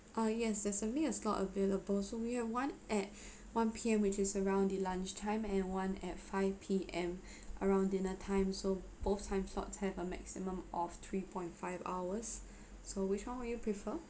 uh yes there's definitely a slot available so we have one at one P_M which is around the lunchtime and one at five P_M around dinner time so both time slots have a maximum of three point five hours so which one would you prefer